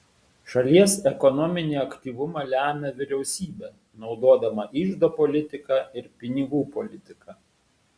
šalies ekonominį aktyvumą lemia vyriausybė naudodama iždo politiką ir pinigų politiką